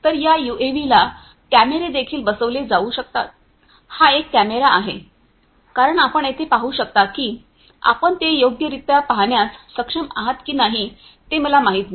तर या यूएव्हीला कॅमेरे देखील बसविले जाऊ शकतात हा एक कॅमेरा आहे कारण आपण येथे पाहू शकता की आपण ते योग्यरित्या पाहण्यास सक्षम आहात की नाही हे मला माहित नाही